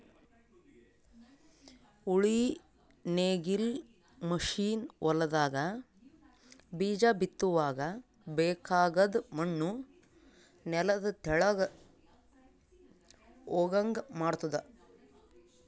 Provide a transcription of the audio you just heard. ಉಳಿ ನೇಗಿಲ್ ಮಷೀನ್ ಹೊಲದಾಗ ಬೀಜ ಬಿತ್ತುವಾಗ ಬೇಕಾಗದ್ ಮಣ್ಣು ನೆಲದ ತೆಳಗ್ ಹೋಗಂಗ್ ಮಾಡ್ತುದ